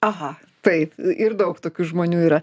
aha taip ir daug tokių žmonių yra